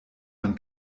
man